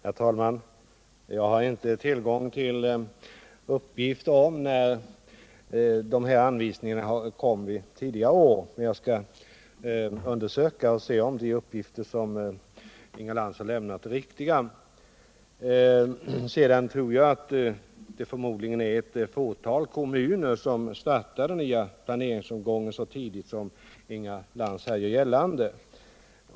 Herr talman! Jag har inte här tillgång till uppgifterna om när anvisningarna Om socialstyrelsens har kommit tidigare år, men jag skall undersöka om de uppgifter som Inga anvisningar för Lantz här har Jämnat är riktiga. den kommunala Sedan tror jag att det bara är ett fåtal kommuner som startar den nya barnomsorgen planeringsomgången så tidigt som Inga Lantz här gjorde gällande.